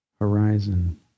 Horizon